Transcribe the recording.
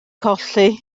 colli